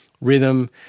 rhythm